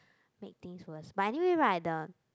make things worse but anyway right the